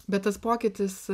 bet tas pokytis